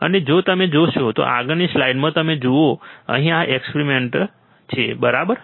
અને જો તમે જોશો તો આગળની સ્લાઇડમાં તમે જુઓ અહીં આ એક્સપેરિમેન્ટ છે બરાબર